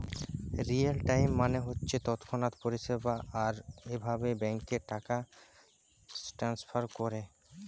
real time মানে হচ্ছে তৎক্ষণাৎ পরিষেবা আর এভাবে ব্যাংকে টাকা ট্রাস্নফার কোরে